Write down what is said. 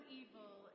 evil